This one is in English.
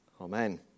Amen